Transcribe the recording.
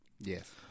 Yes